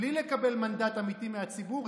בלי לקבל מנדט אמיתי מהציבור,